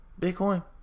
Bitcoin